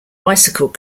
bicycle